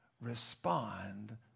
respond